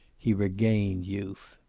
he regained youth.